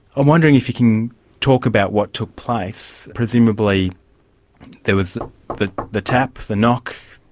i'm wondering if you can talk about what took place. presumably there was the the tap, the knock,